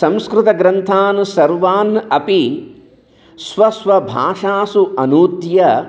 संस्कृतग्रन्थान् सर्वान् अपि स्वस्वभाषासु अनूद्य